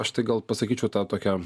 aš tai gal pasakyčiau tą tokią